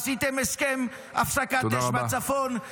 עשיתם הסכם הפסקת אש בצפון -- תודה רבה.